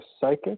psychic